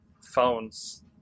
phones